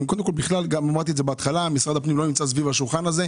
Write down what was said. אני חושב